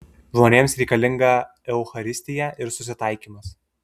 žmonėms reikalinga eucharistija ir susitaikymas